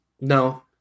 No